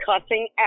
cussing